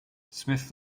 smith